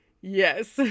Yes